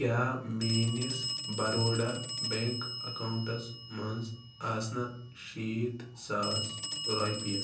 کیٛاہ میٛٲنِس Baroda bank accounts منٛز آسہٕ نا شیٖتھ ساس رۄپیہِ